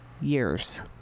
years